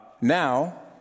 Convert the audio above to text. Now